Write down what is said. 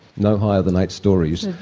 no higher than eight storeys.